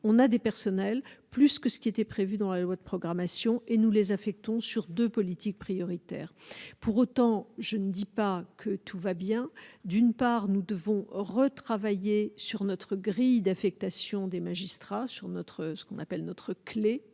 on a des personnels plus que ce qui était prévu dans la loi de programmation et nous les affectons sur 2 politiques prioritaire, pour autant, je ne dis pas que tout va bien, d'une part nous devons retravailler sur notre grille d'affectation des magistrats sur notre ce qu'on appelle notre clé